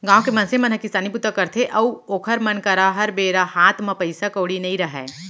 गाँव के मनसे मन ह किसानी बूता करथे अउ ओखर मन करा हर बेरा हात म पइसा कउड़ी नइ रहय